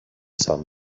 sun